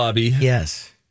Yes